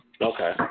Okay